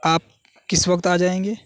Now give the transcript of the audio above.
آپ کس وقت آ جائیں گے